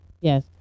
yes